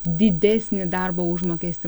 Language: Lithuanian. didesnį darbo užmokestį